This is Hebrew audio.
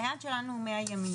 היעד שלנו הוא 100 ימים,